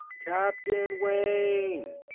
captain wayne!